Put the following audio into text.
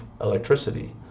electricity